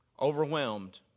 overwhelmed